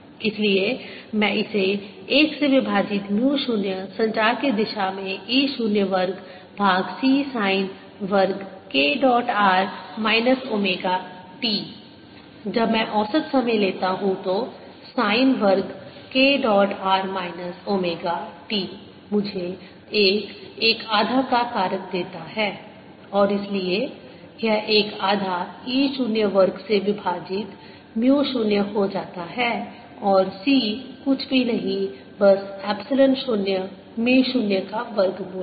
इसलिए मैं इसे एक से विभाजित म्यू 0 संचार की दिशा में e 0 वर्ग भाग c साइन वर्ग k dot r minus omega t जब मैं औसत समय लेता हूं तो साइन वर्ग k dot r minus omega t मुझे एक एक आधा का कारक देता है और इसलिए यह एक आधा e 0 वर्ग से विभाजित म्यू 0 हो जाता है और c कुछ भी नहीं बस एप्सिलॉन 0 म्यू 0 का वर्गमूल है